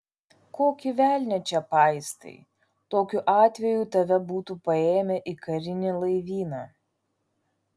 kokį velnią čia paistai tokiu atveju tave būtų paėmę į karinį laivyną